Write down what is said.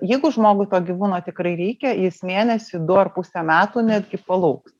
jeigu žmogui to gyvūno tikrai reikia jis mėnesį du ar pusę metų netgi palauks